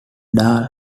dahl